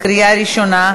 קריאה ראשונה,